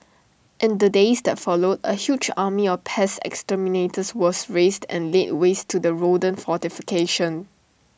in the days that followed A huge army of pest exterminators was raised and laid waste to the rodent fortification